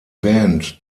band